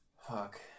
fuck